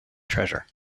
treasure